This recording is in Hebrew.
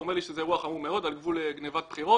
הוא אומר לי שזה אירוע חמור מאוד על גבול גניבת בחירות.